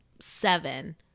seven